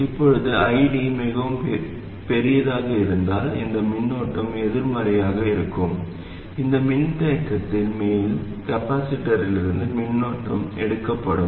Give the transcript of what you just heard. இப்போது ID மிகவும் பெரியதாக இருந்தால் இந்த மின்னோட்டம் எதிர்மறையாக இருக்கும் இந்த மின்தேக்கியின் மேல் காப்பாசிட்டரிலிருந்து மின்னோட்டம் எடுக்கப்படும்